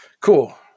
cool